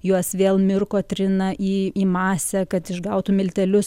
juos vėl mirko trina į į masę kad išgautų miltelius